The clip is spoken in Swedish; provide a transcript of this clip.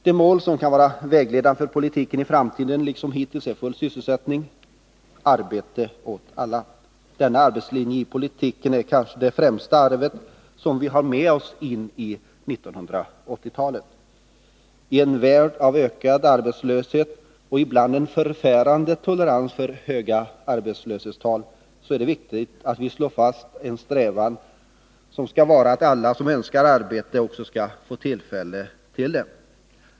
Det mål som skall vara vägledande för politiken i framtiden liksom hittills är full sysselsättning, arbete åt alla. Denna arbetslinje i politiken är kanske det främsta arvet som vi har med oss in i 1980-talet. I en värld av ökad arbetslöshet och ibland en förfärande tolerans gentemot höga arbetslöshetstal är det viktigt att vi slår fast en strävan som skall vara att alla som söker arbete också skall få tillfälle till det.